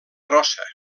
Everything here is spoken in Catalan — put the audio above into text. grossa